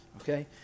Okay